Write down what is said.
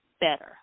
better